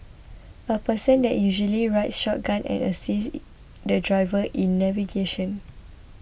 a person that usually rides shotgun and assists the driver in navigation